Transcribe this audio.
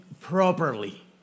properly